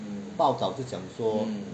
报道就讲说